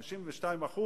52%,